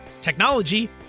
technology